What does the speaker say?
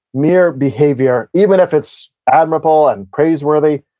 mere behavior, even if it's admiral and praise worthy,